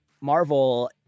Marvel